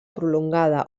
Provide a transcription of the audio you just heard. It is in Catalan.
prolongada